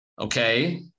Okay